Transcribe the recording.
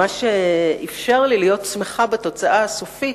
מה שאפשר לי להיות מרוצה במידה סבירה מהתוצאה הסופית,